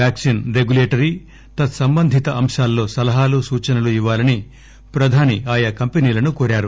vaccine regulatory తత్సంబంధిత అంశాల్లో సలహాలు సూచనలు ఇవ్వాలని ప్రధాని ఆయా కంపెనీలను కోరారు